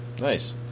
Nice